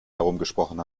herumgesprochen